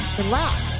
relax